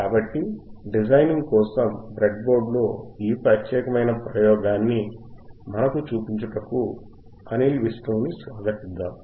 కాబట్టి డిజైనింగ్ కోసం బ్రెడ్బోర్డులో ఈ ప్రత్యేకమైన ప్రయోగాన్ని మనకు చూపించటకు అనిల్ విష్ణువుని స్వాగతిద్దాం